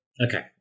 okay